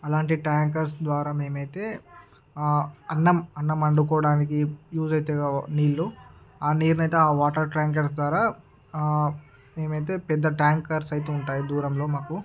అలాంటి ట్యాంకర్స్ ద్వారా మేమైతే అన్నం అన్నం వండుకోవడానికి యూస్ అవుతాయి నీళ్లు నీరునయితే వాటర్ ట్యాంకర్స్ ద్వారా మేమయితే పెద్ద ట్యాంకర్స్ అయితే ఉంటాయి దూరంలో మాకు